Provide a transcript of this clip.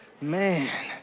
Man